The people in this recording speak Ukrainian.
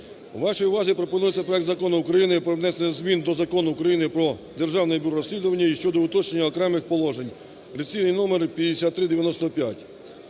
вашій увазі пропонується проект Закону України про внесення змін до Закону України "Про Державне бюро розслідувань" щодо уточнення окремих положень (реєстраційний номер 5395).